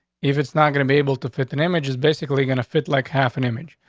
if it's not gonna be able to fit the image is basically gonna fit like half an image.